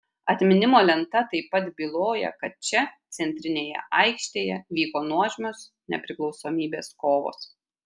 atminimo lenta taip pat byloja kad čia centrinėje aikštėje vyko nuožmios nepriklausomybės kovos